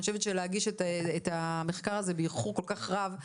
אני חושבת שלהגיש את המחקר הזה באיחור כל כך רב,